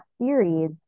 series